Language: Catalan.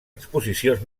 exposicions